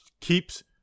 keeps